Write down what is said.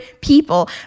people